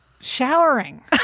Showering